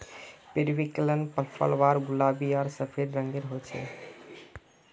periwinkle flower गुलाबी आर सफ़ेद रंगेर होचे